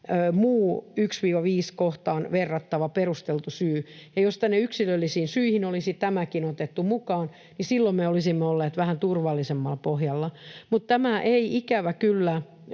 ”muu 1—5 kohtaan verrattava perusteltu syy”. Jos tänne yksilöllisiin syihin olisi tämäkin otettu mukaan, niin silloin me olisimme olleet vähän turvallisemmalla pohjalla. Mutta tämä ei ikävä kyllä